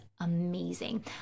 amazing